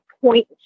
point